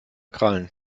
krallen